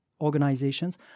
organizations